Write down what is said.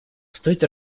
стоит